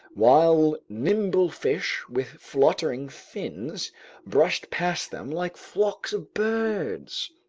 while nimble fish with fluttering fins brushed past them like flocks of birds.